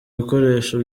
bikoresho